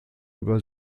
über